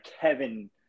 Kevin